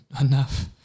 enough